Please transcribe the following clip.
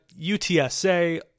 UTSA